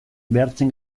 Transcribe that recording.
behartzen